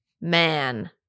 man